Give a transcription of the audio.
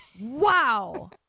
wow